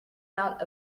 out